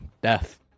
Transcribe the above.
Death